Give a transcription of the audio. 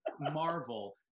Marvel